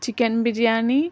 chicken biryani